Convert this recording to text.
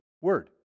word